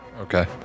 Okay